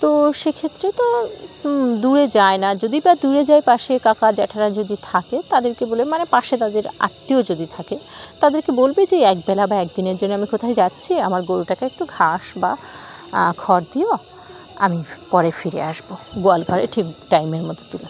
তো সে ক্ষেত্রে তো দূরে যায় না যদি বা দূরে যায় পাশে কাকা জ্যাঠারা যদি থাকে তাদেরকে বলে মানে পাশে তাদের আত্মীয় যদি থাকে তাদেরকে বলবে যে এক বলা বা একদিনের জন্য আমি কোথায় যাচ্ছি আমার গরুটাকে একটু ঘাস বা খড় দিও আমি পরে ফিরে আসবো গোয়ালপাড়ে ঠিক টাইমের মধ্যে তুলে